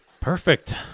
perfect